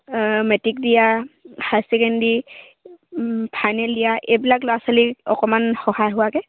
matric দিয়া higher secondary final দিয়া এইবিলাক ল'ৰা ছোৱালীৰ অকণমান সহায় হোৱাকৈ